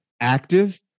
active